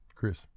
Chris